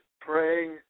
praying